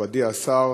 מכובדי השר,